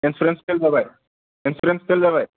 insurance fail जाबाय insurance fail जाबाय